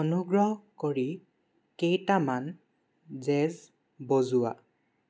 অনুগ্ৰহ কৰি কেইটামান জেজ বজোৱা